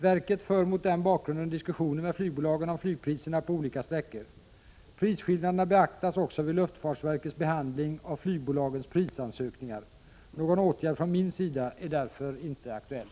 Verket för mot den bakgrunden diskussioner med flygbolagen om flygpriserna på olika sträckor. Prisskillnaderna beaktas också vid luftfartsverkets behandling av flygbolagens prisansökningar. Någon åtgärd från min sida är därför inte aktuell.